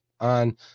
On